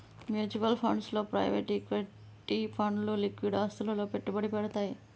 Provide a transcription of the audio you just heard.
mutual funds లో private equity ఫండ్లు liquid ఆస్తులలో పెట్టుబడి పెడ్తయ్